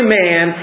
man